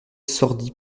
sordi